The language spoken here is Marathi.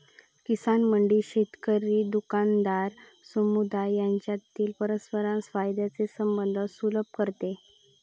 किसान मंडी शेतकरी, दुकानदार, समुदाय यांच्यातील परस्पर फायद्याचे बंधन सुलभ करते